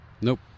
Nope